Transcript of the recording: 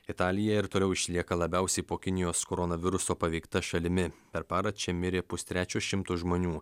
italija ir toliau išlieka labiausiai po kinijos koronaviruso paveikta šalimi per parą čia mirė pustrečio šimto žmonių